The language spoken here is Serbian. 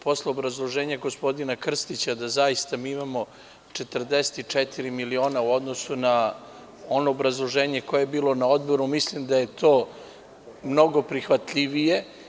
Posle obrazloženja gospodina Krstića da zaista mi imamo 44 miliona u odnosu na ono obrazloženje koje je bilo na Odboru, mislim da je to mnogo prihvatljivije.